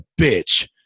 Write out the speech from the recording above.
bitch